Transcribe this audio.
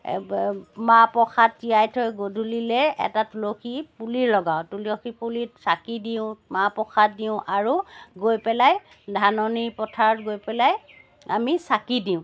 মা প্ৰসাদ তিয়াই থৈ গধূলিলৈ এটা তুলসী পুলি লগাওঁ তুলসী পুলিত চাকি দিওঁ মাহ প্ৰসাদ দিওঁ আৰু গৈ পেলাই ধাননি পথাৰত গৈ পেলাই আমি চাকি দিওঁ